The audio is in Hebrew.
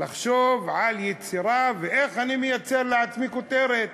לחשוב על יצירה, ואיך אני מייצר לעצמי כותרת: